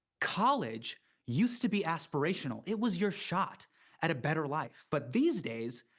college used to be aspirational, it was your shot at a better life. but these days,